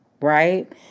Right